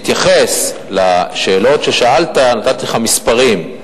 בהתייחס לשאלות ששאלת, נתתי לך מספרים,